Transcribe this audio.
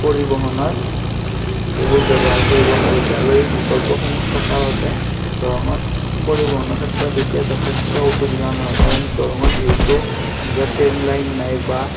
পৰিবহণৰ এইবোৰ ব্যৱহাৰ কৰিব পাৰিছে আৰু এই বিকল্পসমূহ থকা বাবে দৰঙত পৰিৱহণৰ ক্ষেত্ৰত এতিয়া যথেষ্ট অসুবিধা নহয় কাৰণ দৰঙত যিহেতু নিজা ট্ৰেন লাইন নাই বা